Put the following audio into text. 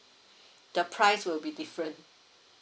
the price will be different